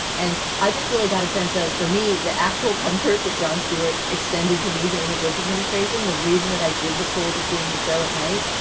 and i just really got a sense of, for me, the actual comfort that jon stewart extended to me during the bush administration. the reason that i did look forward to seeing his show at night,